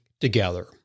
together